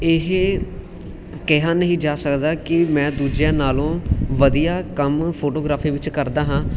ਇਹ ਕਿਹਾ ਨਹੀਂ ਜਾ ਸਕਦਾ ਕਿ ਮੈਂ ਦੂਜਿਆਂ ਨਾਲੋਂ ਵਧੀਆ ਕੰਮ ਫੋਟੋਗ੍ਰਾਫੀ ਵਿੱਚ ਕਰਦਾ ਹਾਂ